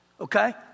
Okay